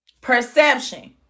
perception